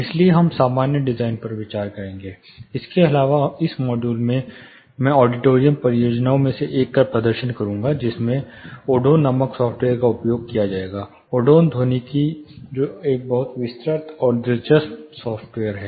इसलिए हम सामान्य डिजाइन पर विचार करेंगे इसके अलावा इस मॉड्यूल में मैं ऑडिटोरियम परियोजनाओं में से एक का प्रदर्शन करूंगा जिसमें ओडोन नामक सॉफ्टवेयर का उपयोग किया जाएगा ओडोन ध्वनिकी जो एक बहुत विस्तृत और दिलचस्प सॉफ्टवेयर है